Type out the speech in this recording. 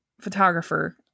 photographer